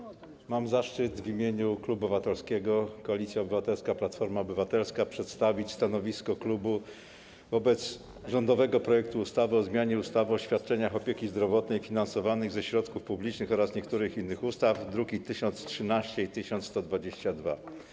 Mam zaszczyt w imieniu Klubu Parlamentarnego Koalicja Obywatelska - Platforma Obywatelska przedstawić stanowisko klubu wobec rządowego projektu ustawy o zmianie ustawy o świadczeniach opieki zdrowotnej finansowanych ze środków publicznych oraz niektórych innych ustaw, druki 1013 i 1122.